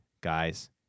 guys